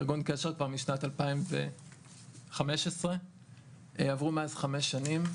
ארגון קשר הוא כבר משנת 2015. עברו מאז חמש שנים,